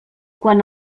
quan